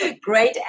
Great